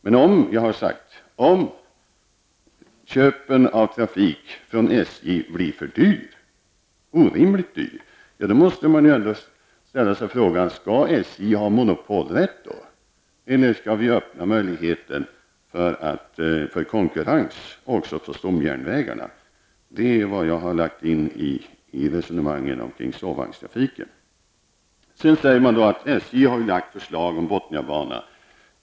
Men om köpet av trafik från SJ blir orimligt dyrt, måste man ändå ställa sig frågan: Skall SJ då ha monopol eller skall vi öppna möjligheten för konkurrens också på stomjärnvägarna? Det är vad jag har lagt in i resonemangen omkring sovvagnstrafiken. Sedan säger man att SJ har lagt fram förslag om Botniabanan.